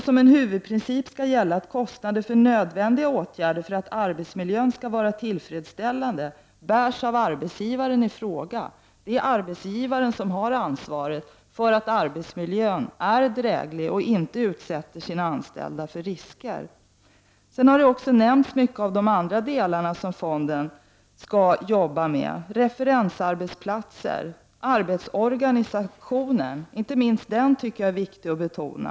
Som en huvudprincip skall gälla att kostnader för nödvändiga åtgärder för att arbetsmiljön skall vara tillfredsställande bärs av arbetsgivaren i fråga. Det är arbetsgivaren som har ansvaret för att arbetsmiljön är dräglig och inte utsätter de anställda för risker. I debatten har också nämnts de andra uppgifter som fonden skall ha, t.ex. i fråga om referensarbetsplatser. Inte minst arbetsorganisationen tycker jag att det är viktigt att betona.